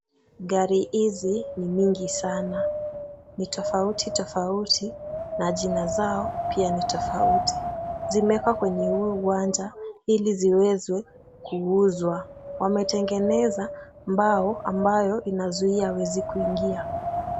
Gari hizi ni mingi sana. Ni tofauti tofauti na jina zao pia ni tofauti. Zimewekwa kwenye huo uwanja ili ziweze kuuzwa. Wametengeneza mbao ambayo inazuia wezi kuingia.